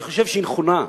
ואני חושב שהיא נכונה.